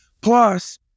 Plus